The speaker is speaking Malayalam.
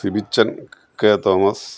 Sibichan K Thomas